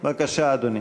בבקשה, אדוני.